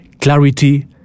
Clarity